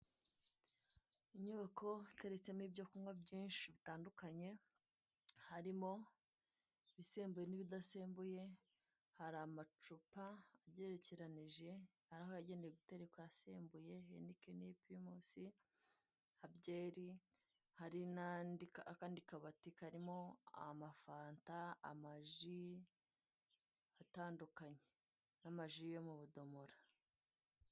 Inyubako itakimo ibyo kunywa byinshi bitandukanye harimo ibisembu n'ibidasembuye, hari amacupa agerekeranije aho yagenewe gutereka asembuye Heineken, Primus na béer hari n'andi akandi kabati karimo amafanta, amaji atandukanye n'amaji yo mu budomoro.